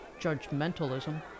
judgmentalism